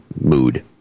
mood